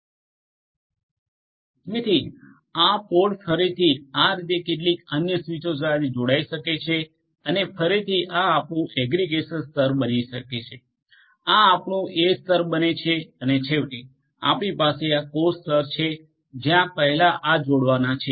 જેથી આ પોડ ફરીથી આ રીતે કેટલીક અન્ય સ્વીચો સાથે જોડાઈ જશે અને ફરીથી આ આપણુ એગ્રિગેશન સ્તર બની શકે છે આ આપણુ એજ સ્તર બને છે અને છેવટે આપણી પાસે આ કોર સ્તર છે જ્યાં પહેલા આ જોડાવાના છે